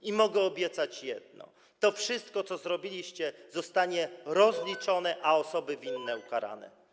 I mogę obiecać jedno: To wszystko, co zrobiliście, zostanie rozliczone, a osoby winne będą ukarane.